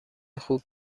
خوب